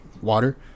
water